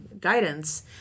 guidance